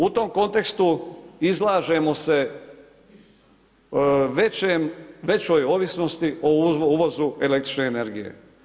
U tom kontekstu izlažemo se većoj ovisnosti o uvozu električne energije.